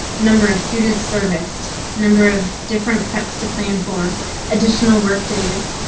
number of students serviced, number of different preps to plan for additional work days.